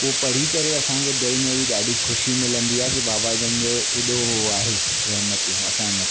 उहा पढ़ी करे असांखे दिलि में बि ॾाढी ख़ुशी मिलंदी आहे की बाबा जन जो एॾो उहो आहे रहमतियूं असांजे मथां